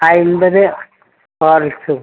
അൻപത് ഹോർളിക്സും